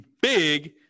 Big